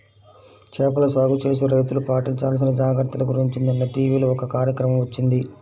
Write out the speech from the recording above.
చేపల సాగు చేసే రైతులు పాటించాల్సిన జాగర్తల గురించి నిన్న టీవీలో ఒక కార్యక్రమం వచ్చింది